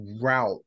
route